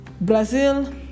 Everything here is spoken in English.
brazil